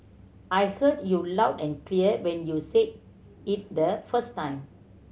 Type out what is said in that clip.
I heard you loud and clear when you said it the first time